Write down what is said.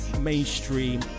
mainstream